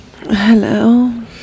Hello